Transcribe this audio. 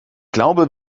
glaube